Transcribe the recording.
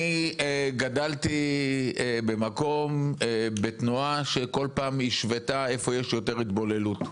אני גדלתי בתנועה שכל פעם השוותה איפה יש יותר התבוללות,